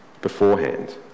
beforehand